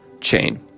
chain